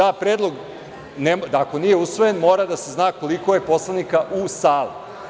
Ako predlog nije usvojen, mora da se zna koliko je poslanika u sali.